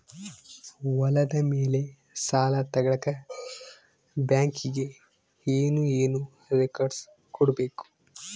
ಹೊಲದ ಮೇಲೆ ಸಾಲ ತಗಳಕ ಬ್ಯಾಂಕಿಗೆ ಏನು ಏನು ರೆಕಾರ್ಡ್ಸ್ ಕೊಡಬೇಕು?